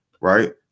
right